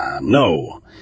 no